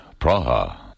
Praha